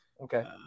Okay